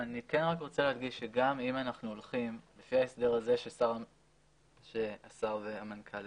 אני רוצה להדגיש שגם אם אנחנו הולכים לפי ההסדר הזה שהשר והמנכ"ל